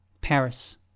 Paris